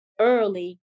early